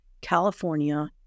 California